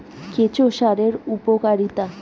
কেঁচো সারের উপকারিতা?